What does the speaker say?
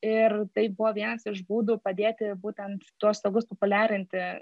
ir tai buvo vienas iš būdų padėti būtent tuos stogus populiarinti